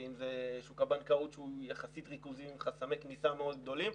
אם זה שוק הבנקאות שהוא יחסית ריכוזי עם חסמי כניסה מאוד גדולים,